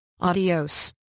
Adios